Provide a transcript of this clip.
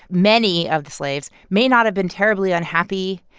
many of the slaves may not have been terribly unhappy